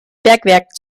bergwerk